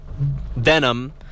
Venom